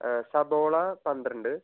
സബോള പന്ത്രണ്ട്